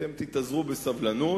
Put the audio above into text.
אתם תתאזרו בסבלנות.